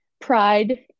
pride